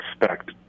expect